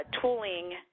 Tooling